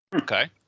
Okay